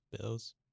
Bills